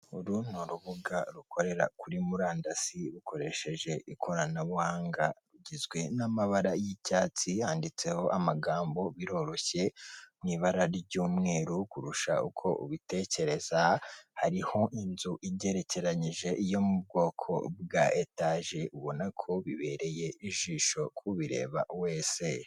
Uru ni rubuga rukorera kuri murandasi rukoresheje ikoranabuhanga, rugizwe n'amabara y'icyatsi yanditseho amagambo "biroroshye" mu ibara ry'umweru kurusha uko ubitekereza, hariho inzu igerekeranyije yo mu bwoko bwa etaje ubona ko ibereye ijisho k'ubireba wese.